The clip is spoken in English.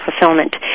fulfillment